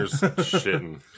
shitting